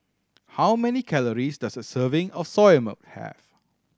how many calories does a serving of Soya Milk have